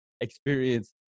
experience